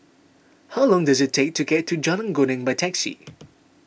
how long does it take to get to Jalan Geneng by taxi